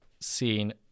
seen